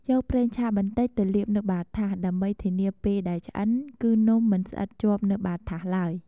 យកប្រេងឆាបន្តិចទៅលាបនៅបាតថាស ដើម្បីធានាពេលដែលឆ្អិនគឺនំមិនស្អិតជាប់នៅបាតថាសឡើយ។